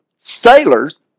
sailors